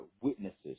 witnesses